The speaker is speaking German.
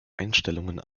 einstellungen